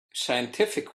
scientific